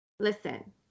listen